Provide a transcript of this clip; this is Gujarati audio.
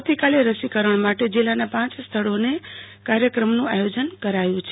આવતીકાલે રસીકરણ માટે જિલ્લાના પાંચ સ્થળોએ રસીકરણ કાર્યક્રમ નુ આયોજન કરાય છ